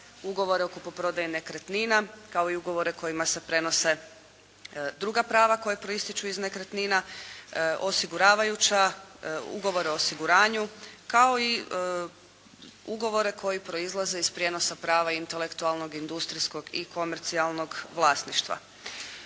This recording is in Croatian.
ugovore o kupoprodaji nekretnina kao i ugovore kojima se prenose druga prava koja proistječu iz nekretnina, osiguravajuća, ugovore o osiguranju kao i ugovore koji proizlaze iz prijenosa prava intelektualnog, industrijskog i komercijalnog vlasništva.